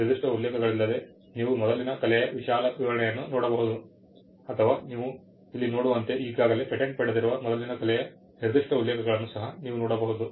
ಆದ್ದರಿಂದ ನಿರ್ದಿಷ್ಟ ಉಲ್ಲೇಖಗಳಿಲ್ಲದೆ ನೀವು ಮೊದಲಿನ ಕಲೆಯ ವಿಶಾಲ ವಿವರಣೆಯನ್ನು ನೋಡಬಹುದು ಅಥವಾ ನೀವು ಇಲ್ಲಿ ನೋಡುವಂತೆ ಈಗಾಗಲೇ ಪೇಟೆಂಟ್ ಪಡೆದಿರುವ ಮೊದಲಿನ ಕಲೆಯ ನಿರ್ದಿಷ್ಟ ಉಲ್ಲೇಖಗಳನ್ನು ಸಹ ನೀವು ನೋಡಬಹುದು